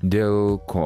dėl ko